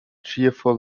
cheerful